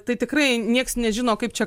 tai tikrai nieks nežino kaip čia